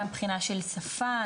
גם מבחינת שפה.